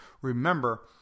Remember